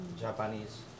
Japanese